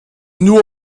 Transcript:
nur